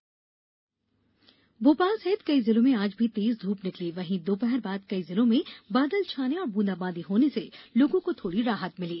मौसम भोपाल सहित कई जिलों में आज भी तेज धूप निकली वहीं दोपहर बाद कई जिलों में बादल छाने और ब्रंदाबांदी होने से लोगों को थोड़ी राहत मिली